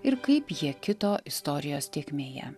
ir kaip jie kito istorijos tėkmėje